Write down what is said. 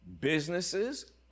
businesses